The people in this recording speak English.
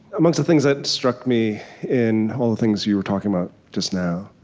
amongst the things that struck me in all the things you were talking about just now